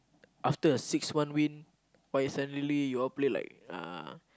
after the sixth one win why suddenly you all play like uh